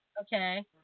Okay